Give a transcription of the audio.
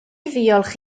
ddiolch